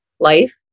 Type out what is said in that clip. life